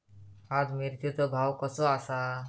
आज मिरचेचो भाव कसो आसा?